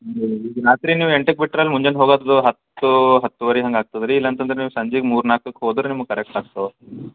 ನಾಲ್ಕರಿಂದ ನೀವು ಎಂಟಕ್ಕೆ ಬಿಟ್ರೆ ಅಲ್ಲಿ ಮುಂಜಾನೆ ಹೋಗೋದು ಹತ್ತು ಹತ್ತೂವರೆ ಹಂಗೆ ಆಗ್ತದೆ ರೀ ಇಲ್ಲ ಅಂತಂದ್ರೆ ನೀವು ಸಂಜೆಗ್ ಮೂರು ನಾಲ್ಕಕ್ಕೆ ಹೋದ್ರೆ ನಿಮಗೆ ಕರಕ್ಟ್ ಆಗ್ತವೆ